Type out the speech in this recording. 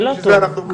בשביל זה אנחנו כאן,